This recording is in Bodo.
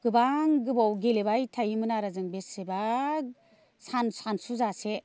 गोबां गोबाव गेलेबाय थायोमोन आरो जों बेसेबा सान सानसुजासे